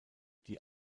die